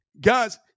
Guys